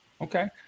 Okay